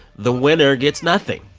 the winner gets nothing.